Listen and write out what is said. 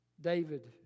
David